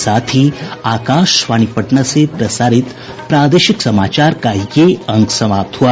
इसके साथ ही आकाशवाणी पटना से प्रसारित प्रादेशिक समाचार का ये अंक समाप्त हुआ